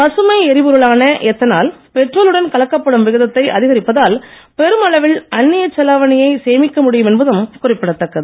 பசுமை எரிபொருளான எத்தனால் பெட்ரோலுடன் கலக்கப்படும் விகிதத்தை அதிகரிப்பதால் பெருமளவில் அந்நிய செலாவணியை சேமிக்க முடியும் என்பதும் குறிப்பிடதக்கது